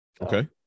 Okay